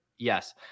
Yes